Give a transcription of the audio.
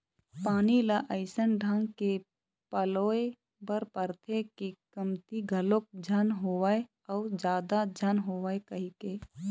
पानी ल अइसन ढंग के पलोय बर परथे के कमती घलोक झन होवय अउ जादा झन होवय कहिके